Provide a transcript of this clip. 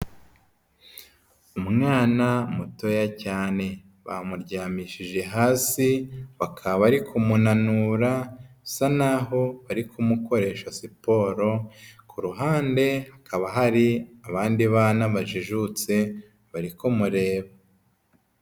Umwana mutoya cyane bamuryamishije hasi bakaba bari kumunura, bisa naho bari kumukoresha siporo, ku ruhande hakaba hari abandi bana bajijutse bari kumureba.